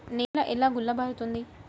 నేల ఎలా గుల్లబారుతుంది?